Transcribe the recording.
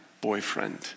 boyfriend